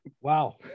Wow